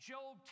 Job